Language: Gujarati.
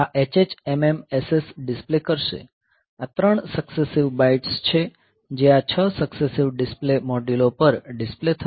આ hh mm ss ડિસ્પ્લે કરશે આ ત્રણ સક્સેસિવ બાઇટ્સ છે જે આ 6 સક્સેસિવ ડિસ્પ્લે મોડ્યુલો પર ડિસ્પ્લે થશે